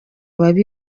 yabaga